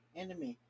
enemy